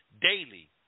daily